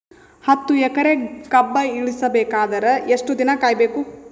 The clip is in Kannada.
ಹತ್ತು ಎಕರೆ ಕಬ್ಬ ಇಳಿಸ ಬೇಕಾದರ ಎಷ್ಟು ದಿನ ಕಾಯಿ ಬೇಕು?